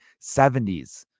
70s